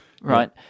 right